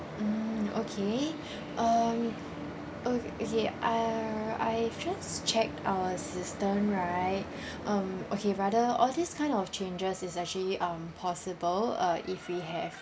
mm okay um okay uh I've just checked our system right um okay rather all these kind of changes is actually um possible uh if we have